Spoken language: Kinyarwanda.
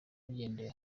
bagendeye